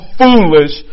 foolish